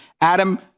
Adam